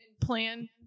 plan